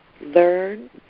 learn